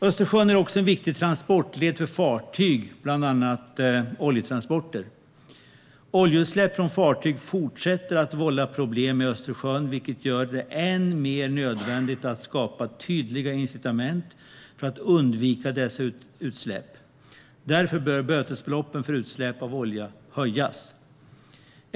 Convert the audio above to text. Östersjön är också en viktig transportled för fartyg, bland annat oljetransporter. Oljeutsläpp från fartyg fortsätter att vålla problem i Östersjön, vilket gör det än mer nödvändigt att skapa tydliga incitament för att undvika dessa utsläpp. Därför bör bötesbeloppen för utsläpp av olja höjas.